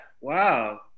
Wow